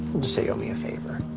we'll just say you owe me a favor.